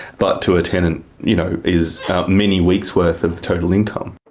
but to a tenant you know is many weeks worth of total income.